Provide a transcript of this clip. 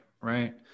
right